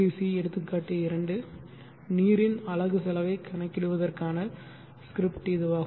C எடுத்துக்காட்டு 2 நீரின் அலகு செலவைக் கணக்கிடுவதற்கான ஸ்கிரிப்ட் இதுவாகும்